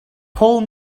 whole